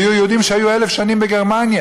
היו יהודים שהיו 1,000 שנים בגרמניה,